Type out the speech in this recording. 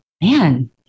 man